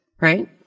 right